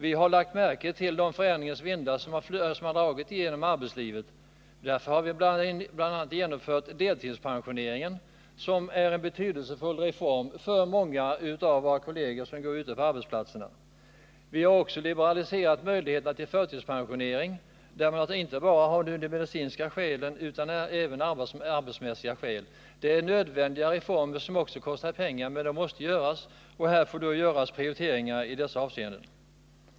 Vi har lagt märke till de förändringens vindar som har dragit genom arbetslivet. Därför har vi bl.a. genomfört delpensioneringen, som är en betydelsefull reform för många av våra kolleger ute på arbetsplatserna. Vi har också liberaliserat möjligheterna till förtidspensionering, så att den nu inte längre måste beviljas enbart av medicinska skäl utan även kan beslutas av arbetsmässiga skäl. Detta är nödvändiga reformer, som kostar pengar, men de måste genomföras, och det får då göras prioriteringar i dessa avseenden.